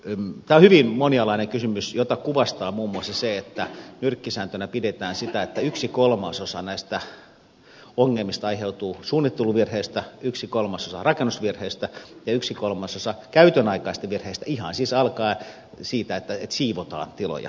tämä on hyvin monialainen kysymys jota kuvastaa muun muassa se että nyrkkisääntönä pidetään sitä että yksi kolmasosa näistä ongelmista aiheutuu suunnitteluvirheestä yksi kolmasosa rakennusvirheistä ja yksi kolmasosa käytön aikaisista virheistä ihan siis alkaen siitä että siivotaan tiloja väärin